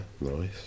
nice